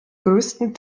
größten